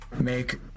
make